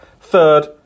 Third